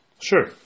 Sure